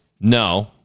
No